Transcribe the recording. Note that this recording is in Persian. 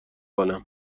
کنم